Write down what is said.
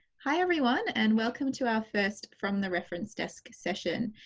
hi everyone and welcome to our first from the reference desk session.